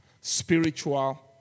spiritual